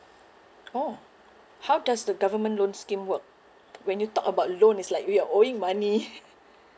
orh how does the government loan scheme work when you talked about loan it's like we are owing money